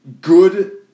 good